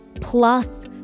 plus